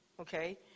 okay